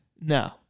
No